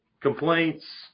complaints